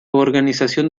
organización